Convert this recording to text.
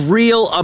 real